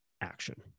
action